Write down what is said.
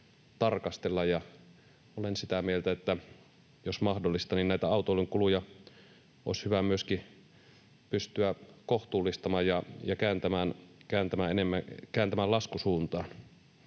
olen sitä mieltä, että jos mahdollista, niin näitä autoilun kuluja olisi hyvä myöskin pystyä kohtuullistamaan ja kääntämään laskusuuntaan.